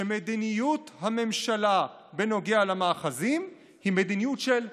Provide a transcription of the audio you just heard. שמדיניות הממשלה בנוגע למאחזים היא מדיניות של "יוסר,